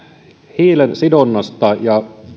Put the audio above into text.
hiilensidonnasta ja